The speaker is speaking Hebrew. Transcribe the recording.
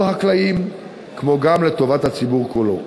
החקלאים כמו גם לטובת הציבור כולו.